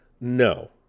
No